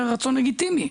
זה רצון לגיטימי.